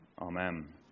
Amen